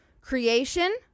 creation